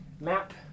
map